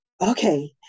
Okay